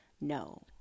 No